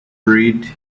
read